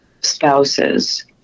spouses